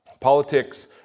Politics